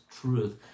truth